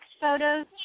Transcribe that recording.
photos